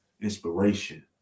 inspiration